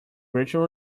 virtual